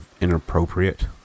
inappropriate